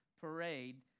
parade